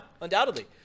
undoubtedly